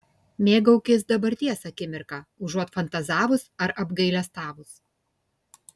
mėgaukis dabarties akimirka užuot fantazavus ar apgailestavus